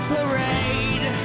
Parade